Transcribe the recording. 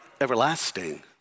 everlasting